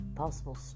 possible